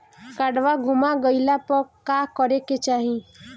काडवा गुमा गइला पर का करेके चाहीं?